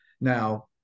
Now